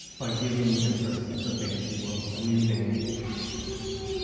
by giving the empress of the fantasy world a new name, he has to give me